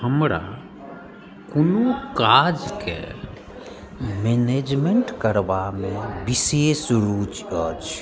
हमरा कोनो काजके मैनेजमेन्ट करबामे विशेष रुचि अछि